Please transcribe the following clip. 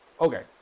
okay